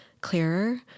clearer